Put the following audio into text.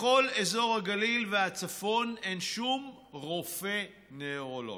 בכל אזור הגליל והצפון אין שום רופא נוירולוג,